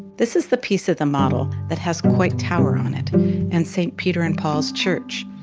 this is the piece of the model that has coit tower on it and st. peter and paul's church.